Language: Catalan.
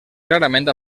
clarament